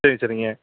சரி சரிங்க